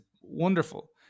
wonderful